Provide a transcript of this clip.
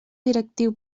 directiu